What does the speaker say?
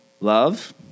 Love